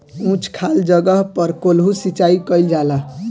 उच्च खाल जगह पर कोल्हू सिचाई कइल जाला